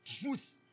Truth